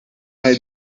vez